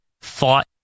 fought